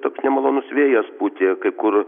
toks nemalonus vėjas pūtė kur